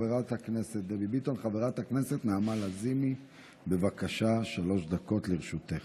חברת הכנסת נעמה לזימי, בבקשה, שלוש דקות לרשותך.